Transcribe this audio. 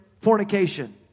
fornication